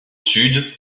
sud